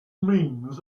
means